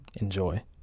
Enjoy